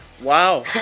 Wow